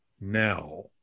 now